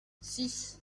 six